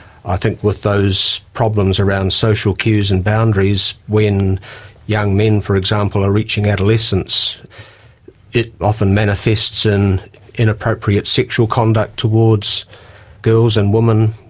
i think with those problems around social cues and boundaries, when young men for example are reaching adolescence it often manifests in inappropriate sexual conduct towards girls and women.